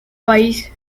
país